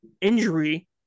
injury